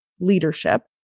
leadership